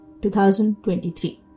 2023